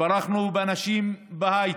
התברכנו באנשים בהייטק.